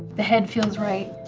the head feels right,